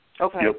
Okay